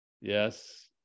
Yes